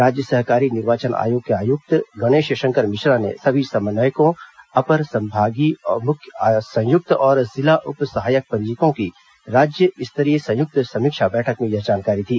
राज्य सहकारी निर्वाचन आयोग के आयुक्त गणेश शंकर मिश्रा ने सभी समन्वयकों अपर संभागीय संयुक्त और जिला उप सहायक पंजीयकों की राज्य स्तरीय संयुक्त समीक्षा बैठक में यह जानकारी दी